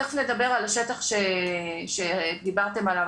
תכף נדבר על השטח שדיברתם עליו,